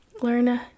learn